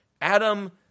Adam